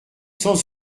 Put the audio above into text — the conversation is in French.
sans